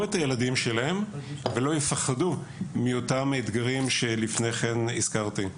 את ההורים שלהם ולא יפחדו מאותם האתגרים שהזכרתי קודם לכן.